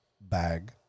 bag